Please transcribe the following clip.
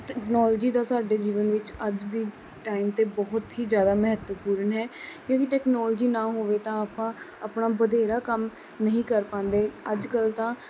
technology ਦਾ ਸਾਡੇ ਜੀਵਨ ਵਿੱਚ ਅੱਜ ਦੇ ਟਾਈਮ 'ਤੇ ਬਹੁਤ ਹੀ ਜ਼ਿਆਦਾ ਮਹੱਤਵਪੂਰਨ ਹੈ ਕਿਉਂਕਿ ਟੈਕਨੋਲੋਜੀ ਨਾ ਹੋਵੇ ਤਾਂ ਆਪਾਂ ਆਪਣਾ ਬਥੇਰਾ ਕੰਮ ਨਹੀਂ ਕਰ ਪਾਉਂਦੇ ਅੱਜ ਕੱਲ੍ਹ ਤਾਂ